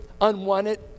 unwanted